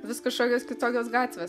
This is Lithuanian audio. vis kažkokios kitokios gatvės